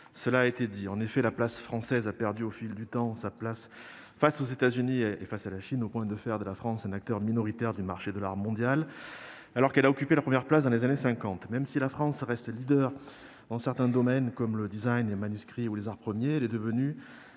cela a été dit, la place française a perdu au fil du temps sa position face aux États-Unis et à la Chine, au point de faire de la France un acteur minoritaire du marché de l'art mondial alors qu'elle a occupé la première place dans les années 1950. Même si la France reste leader dans certains domaines comme le design, les manuscrits et les arts premiers, elle est devenue